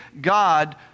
God